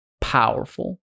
powerful